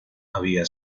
había